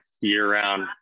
year-round